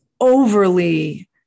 overly